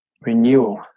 renewal